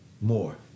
More